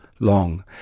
long